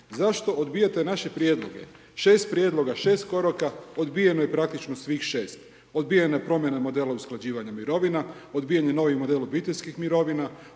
Zašto odbijate naše prijedloge? Šest prijedloga, šest koraka odbijeno je praktično svih 6. Odbijeno je promjena modele usklađivanja mirovina, odbijen je novi model obiteljskih mirovina,